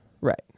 Right